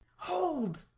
hold,